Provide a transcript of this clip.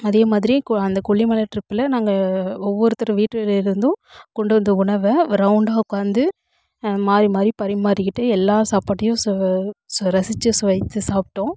அதேமாதிரி அந்த கொல்லிமலை ட்ரிப்பில் நாங்கள் ஒவ்வொருத்தர் வீட்டிலேருந்தும் கொண்டு வந்த உணவை ரவுண்டாக உட்க்காந்து மாறி மாறி பரிமாறிக்கிட்டு எல்லா சாப்பாட்டையும் சுவ ரசித்து சுவைத்து சாப்பிட்டோம்